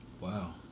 Wow